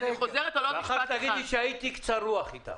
ואחר כך תגידי שהייתי קצר-רוח איתך.